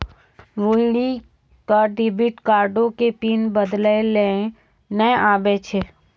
रोहिणी क डेबिट कार्डो के पिन बदलै लेय नै आबै छै